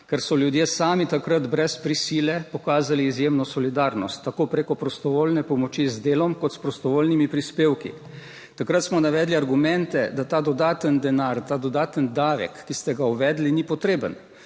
ker so ljudje sami takrat brez prisile pokazali izjemno solidarnost, tako preko prostovoljne pomoči z delom, kot s prostovoljnimi prispevki. Takrat smo navedli argumente, da ta dodaten denar, ta dodaten davek, ki ste ga uvedli ni potreben.